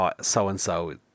So-and-so